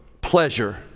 pleasure